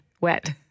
wet